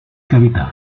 cavità